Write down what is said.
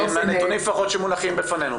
בנתונים לפחות שמונחים בפנינו.